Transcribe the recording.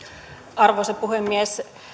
arvoisa puhemies